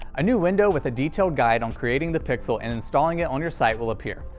a new window with a detailed guide on creating the pixel and installing it on your site will appear,